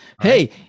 Hey